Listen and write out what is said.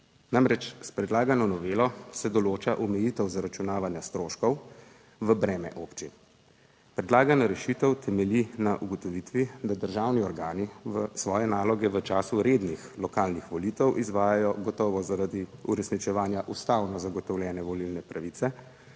Namreč s predlagano novelo se določa omejitev zaračunavanja stroškov v breme občin. Predlagana rešitev temelji na ugotovitvi, da državni organi svoje naloge v času rednih lokalnih volitev izvajajo gotovo zaradi uresničevanja ustavno zagotovljene volilne pravice,